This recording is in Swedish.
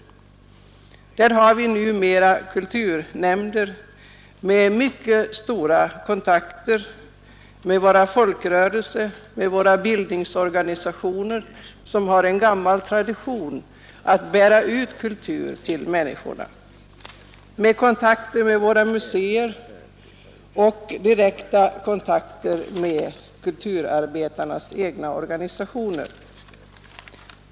Där har vi numera kulturnämnder med mycket starka kontakter med våra folkrörelser, med våra bildningsorganisationer som har en gammal tradition att bära ut kulturen till människorna, med kontakter med våra museer och med kontakter med kulturarbetarnas egna organisationer.